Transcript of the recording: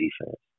defense